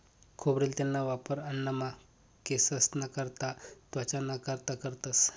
खोबरेल तेलना वापर अन्नमा, केंससना करता, त्वचाना कारता करतंस